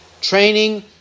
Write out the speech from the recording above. training